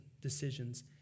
decisions